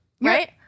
right